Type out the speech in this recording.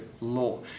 law